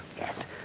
Yes